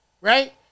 right